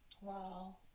Wow